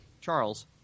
Charles